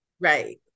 Right